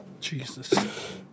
Jesus